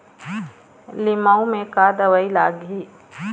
लिमाऊ मे का दवई लागिही?